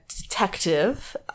detective